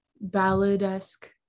ballad-esque